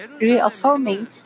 reaffirming